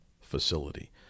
facility